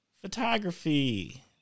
photography